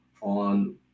on